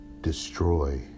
destroy